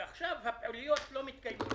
ועכשיו הפעילויות לא מתקיימות,